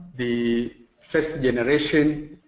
the first generation